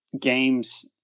games